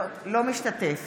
אינו משתתף